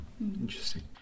Interesting